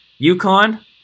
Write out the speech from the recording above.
UConn